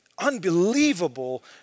unbelievable